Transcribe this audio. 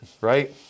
Right